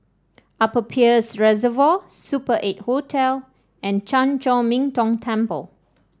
Upper Peirce Reservoir Super Eight Hotel and Chan Chor Min Tong Temple